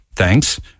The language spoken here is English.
Thanks